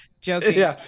joking